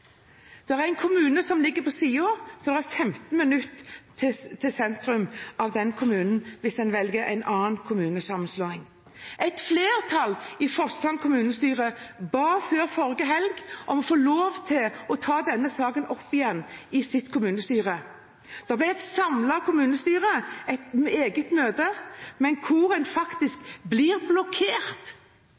der det er 15 minutter til sentrum av den kommunen hvis en velger en annen kommunesammenslåing. Et flertall i Forsand kommunestyre ba før forrige helg om å få lov til å ta denne saken opp igjen i sitt kommunestyre. Det ble et samlet kommunestyre, et eget møte, men hvor en faktisk ble blokkert